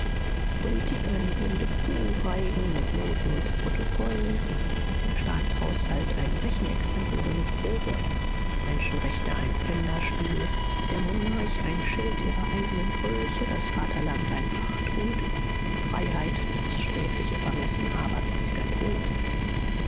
politik einen blindekuhreigen mit noten und protokollen der staatshaushalt ein rechenexempel ohne probe menschenrechte ein pfänderspiel der monarch ein schild ihrer eignen größe das vaterland ein pachtgut und freiheit das sträfliche vermessen aberwitziger toren